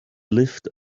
lived